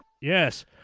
Yes